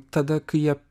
tada kai jie